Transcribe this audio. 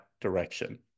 direction